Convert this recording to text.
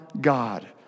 God